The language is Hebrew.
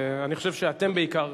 אני חושב שאתם בעיקר,